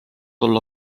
olla